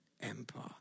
empire